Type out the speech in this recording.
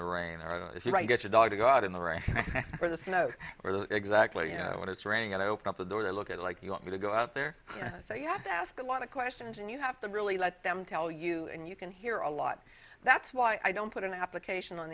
right get your dog to go out in the right for the snow exactly when it's raining and open up the door to look at it like you want to go out there so you have to ask a lot of questions and you have to really let them tell you and you can hear a lot that's why i don't put an application on